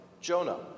Jonah